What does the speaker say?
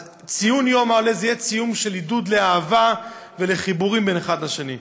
אז ציון יום העולה יהיה ציון של עידוד לאהבה ולחיבורים בין אחד לשני.